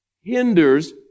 hinders